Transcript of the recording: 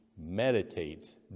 meditates